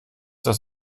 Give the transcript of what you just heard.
das